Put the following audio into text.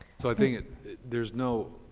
so i think there's no,